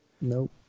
nope